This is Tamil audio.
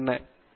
பேராசிரியர் வி